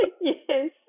Yes